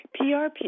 PRP